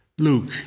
Luke